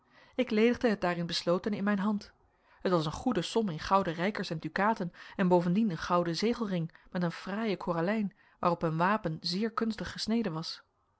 ik ledigde het daarin beslotene in mijn hand het was een goede som in gouden rijders en dukaten en bovendien een gouden zegelring met een fraaien koralijn waarop een wapen zeer kunstig gesneden was